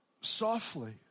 softly